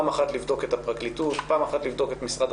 אחת הטענות הייתה על כך שאנחנו משתמשים בלמינריות ולא בציטוטק.